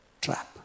trap